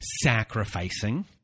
sacrificing